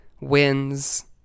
wins